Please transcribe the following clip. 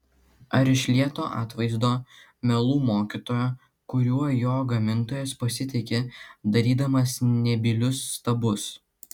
ar iš lieto atvaizdo melų mokytojo kuriuo jo gamintojas pasitiki darydamas nebylius stabus